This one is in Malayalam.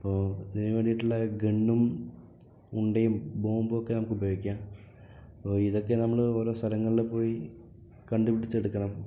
അപ്പോൾ അതിന് വേണ്ടിയിട്ടുള് ഗണ്ണും ഉണ്ടയും ബോംബുമൊക്കെ നമുക്കുപയോഗിക്കാം ആപ്പ് ഇതൊക്കെ നമ്മള് ഓരോ സ്ഥലങ്ങളിൽ പോയി കണ്ടു പിടിച്ചെടുക്കണം